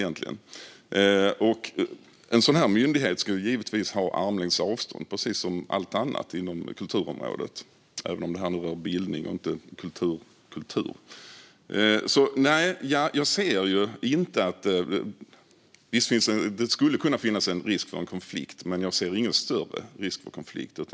En sådan myndighet ska givetvis ha armlängds avstånd, precis som allt annat inom kulturområdet - även om det här handlar om bildning, inte kultur-kultur. Visst skulle det kunna finnas en risk för konflikt, men jag ser ingen större risk för konflikt.